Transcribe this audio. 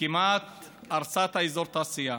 כמעט הרסה את אזור התעשייה,